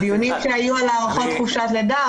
בדיונים שהיו על הארכות חופשת לידה,